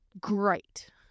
great